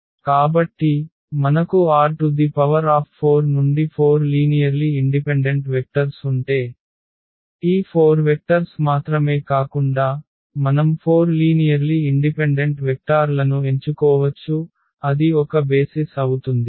కాబట్టి మనకు R4 నుండి 4 లీనియర్లి ఇండిపెండెంట్ వెక్టర్స్ ఉంటే ఈ 4 వెక్టర్స్ మాత్రమే కాకుండా మనం 4 లీనియర్లి ఇండిపెండెంట్ వెక్టార్ లను ఎంచుకోవచ్చు అది ఒక బేసిస్ అవుతుంది